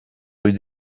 rue